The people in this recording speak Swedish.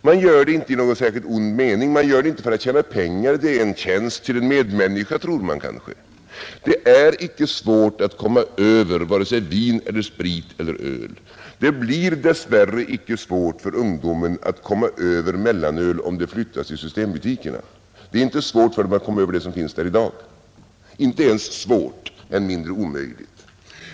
Man gör det inte i någon särskild ond mening, man gör det inte för att tjäna pengar — det är en tjänst till en medmänniska, tror man kanske. Det är icke svårt att komma över vare sig vin eller sprit eller öl. Det blir dess värre icke svårt för ungdomen att komma över mellanöl, om försäljningen flyttas till systembutikerna. Det är inte svårt och än mindre omöjligt för ungdomarna att komma över det som finns där i dag.